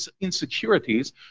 insecurities